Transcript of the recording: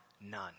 none